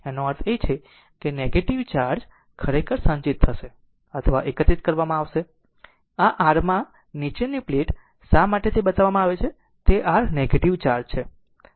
આનો અર્થ એ છે કે નેગેટીવ ચાર્જ ખરેખર સંચિત થશે અથવા એકત્રિત કરવામાં આવશે આ r માં નીચેની પ્લેટ શા માટે તે બતાવવામાં આવે છે તે r નેગેટીવ ચાર્જ છે